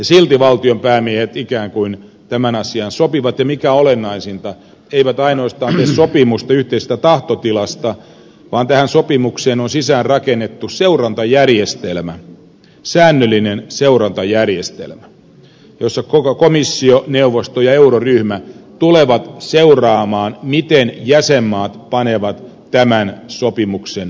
silti valtionpäämiehet ikään kuin tämän asian sopivat ja mikä olennaisinta eivät ainoastaan tee sopimusta yhteisestä tahtotilasta vaan tähän sopimukseen on sisäänrakennettu seurantajärjestelmä säännöllinen seurantajärjestelmä jossa komissio neuvosto ja euroryhmä tulevat seuraamaan miten jäsenmaat panevat tämän sopimuksen täytäntöön